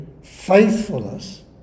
faithfulness